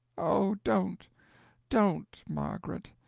oh, don't don't, margaret!